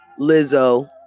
Lizzo